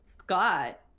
Scott